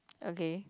okay